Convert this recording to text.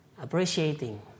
appreciating